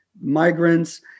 migrants